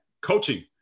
coaching